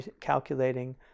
calculating